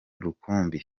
rukumbi